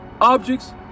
objects